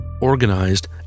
organized